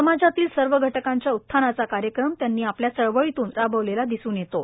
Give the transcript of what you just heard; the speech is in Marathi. शूद्रातीशूद्र या समाजघटकांच्या उत्थानाचा कार्यक्रम त्यांनी आपल्या चळवळीतून राबविलेला दिसून येतो